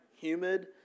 humid